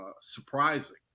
surprising